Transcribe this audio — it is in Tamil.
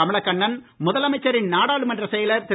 கமலகண்ணன் முதலமைச்சரின் நாடாளுமன்றச் செயலர் திரு